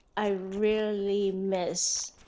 i really missed